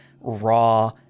raw